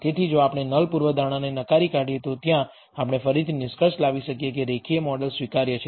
તેથી જો આપણે નલ પૂર્વધારણા ને નકારી કાઢીએ તો ત્યાં આપણે ફરીથી નિષ્કર્ષ લાવી શકીએ કે રેખીય મોડેલ સ્વીકાર્ય છે